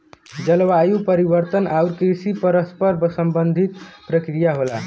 जलवायु परिवर्तन आउर कृषि परस्पर संबंधित प्रक्रिया होला